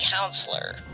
counselor